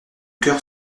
cœur